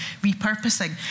repurposing